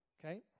Okay